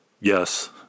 Yes